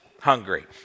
hungry